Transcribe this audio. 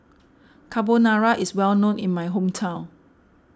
Carbonara is well known in my hometown